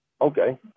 Okay